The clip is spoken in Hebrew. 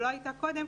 שלא הייתה קודם,